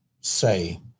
say